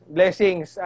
Blessings